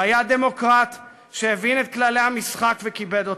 הוא היה דמוקרט שהבין את כללי המשחק וכיבד אותם.